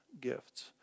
gifts